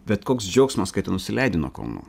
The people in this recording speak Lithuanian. bet koks džiaugsmas kai tu nusileidi nuo kalnų